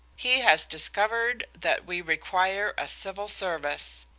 he has discovered that we require a civil service.